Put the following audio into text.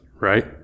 right